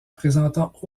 présentant